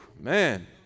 man